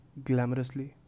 glamorously